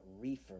Reefer